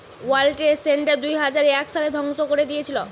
world trade center দুইহাজার এক সালে ধ্বংস করে দিয়েছিলো